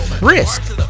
risk